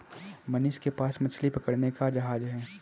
मनीष के पास मछली पकड़ने का जहाज है